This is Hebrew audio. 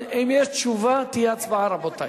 אם יש תשובה, תהיה הצבעה, רבותי.